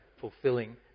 fulfilling